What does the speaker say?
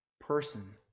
person